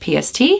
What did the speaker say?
PST